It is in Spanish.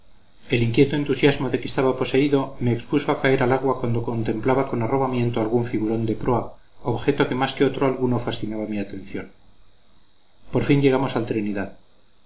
el inquieto entusiasmo de que estaba poseído me expuso a caer al agua cuando contemplaba con arrobamiento un figurón de proa objeto que más que otro alguno fascinaba mi atención por fin llegamos al trinidad